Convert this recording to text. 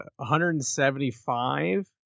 175